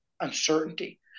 uncertainty